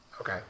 Okay